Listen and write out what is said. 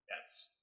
Yes